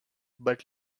but